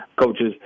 coaches